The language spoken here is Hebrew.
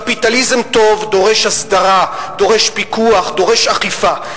קפיטליזם טוב דורש הסדרה, דורש פיקוח, דורש אכיפה.